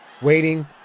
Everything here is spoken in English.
waiting